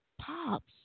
Pops